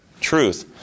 truth